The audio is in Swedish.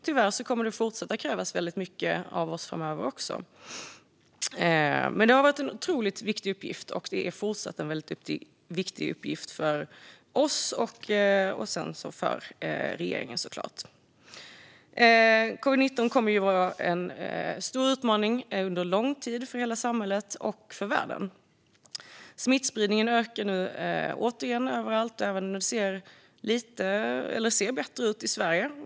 Tyvärr kommer det att krävas väldigt mycket av oss även framöver. Detta har varit, och är även fortsättningsvis, en otroligt viktig uppgift för oss och, såklart, för regeringen. Covid-19 kommer att vara en stor utmaning för hela samhället och för världen under lång tid. Smittspridningen ökar nu återigen överallt, även om det ser bättre ut i Sverige.